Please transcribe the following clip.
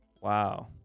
Wow